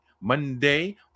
monday